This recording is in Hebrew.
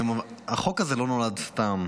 החוק הזה לא נולד סתם.